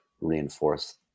reinforce